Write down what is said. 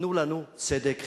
תנו לנו צדק חברתי.